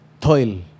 toil